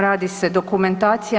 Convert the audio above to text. Radi se dokumentacija.